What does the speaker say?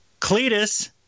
Cletus